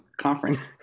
conference